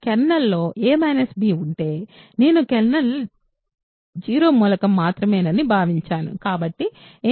కెర్నల్లో a b ఉంటే నేను కెర్నల్ 0 మూలకం మాత్రమేనని భావించాను